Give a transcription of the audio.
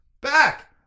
back